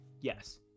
Yes